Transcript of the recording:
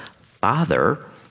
Father